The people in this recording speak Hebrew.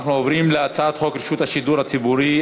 אנחנו עוברים להצעת חוק השידור הציבורי,